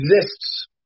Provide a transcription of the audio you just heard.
exists